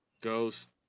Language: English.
Ghost